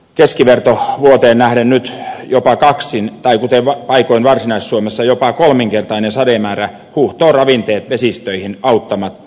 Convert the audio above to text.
keskiverto vuoteen nähden nyt jopa kaksinkertainen tai kuten paikoin varsinais suomessa jopa kolminkertainen sademäärä huuhtoo ravinteet vesistöihin auttamatta